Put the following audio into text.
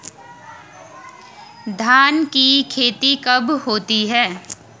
धान की खेती कब होती है?